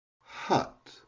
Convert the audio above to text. hut